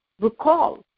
recall